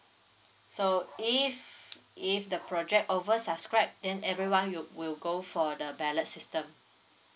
so if if the project over subscribed then everyone would will go for the ballot system